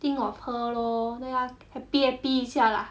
think of her lor let 她 happy happy 一下 lah